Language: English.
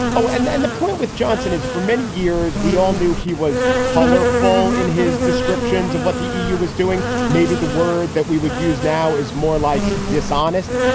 oh, and then the point with johnson is, for many years we all knew he was colorful in his descriptions of what the eu was doing. maybe the word that we would use now is more like dishonest.